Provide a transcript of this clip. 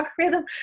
algorithm